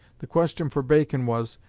the question for bacon was,